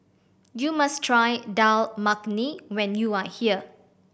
you must try Dal Makhani when you are here